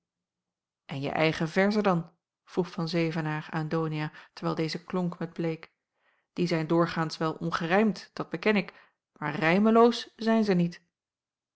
en je eigen verzen dan vroeg van zevenaer aan donia terwijl deze klonk met bleek die zijn doorgaans wel ongerijmd dat beken ik maar rijmeloos zijn ze niet